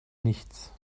nichts